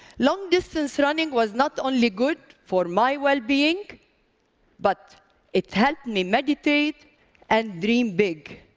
long distance running was not only good for my well-being but it helped me meditate and dream big.